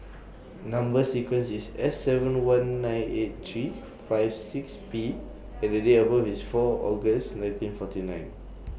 Number sequence IS S seven one nine eight three five six P and Date of birth IS four August nineteen forty nine